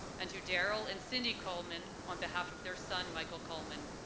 and to darrel and cindy kullman, on behalf of their son, michael kullman,